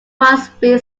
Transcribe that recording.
crosby